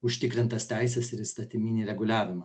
užtikrintas teises ir įstatyminį reguliavimą